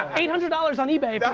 eight hundred dollars on ebay, but